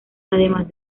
además